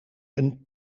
een